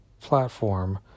platform